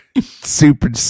super